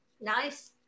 Nice